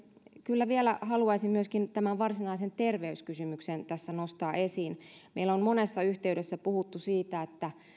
kyllä vielä haluaisin myöskin tämän varsinaisen terveyskysymyksen tässä nostaa esiin meillä on monessa yhteydessä puhuttu siitä että